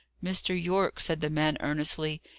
mr. yorke, said the man, earnestly,